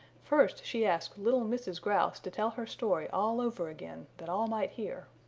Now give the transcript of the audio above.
first she asked little mrs. grouse to tell her story all over again that all might hear.